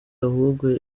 ahubwo